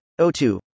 O2